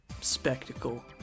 spectacle